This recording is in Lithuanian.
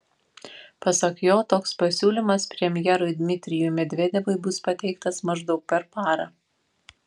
pasak jo toks pasiūlymas premjerui dmitrijui medvedevui bus pateiktas maždaug per parą